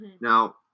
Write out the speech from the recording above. Now